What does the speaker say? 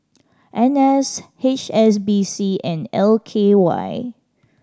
N S H S B C and L K Y